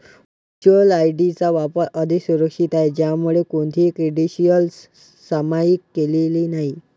virtual ID चा वापर अधिक सुरक्षित आहे, ज्यामध्ये कोणतीही क्रेडेन्शियल्स सामायिक केलेली नाहीत